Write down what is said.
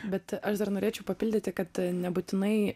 bet aš dar norėčiau papildyti kad nebūtinai